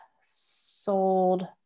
sold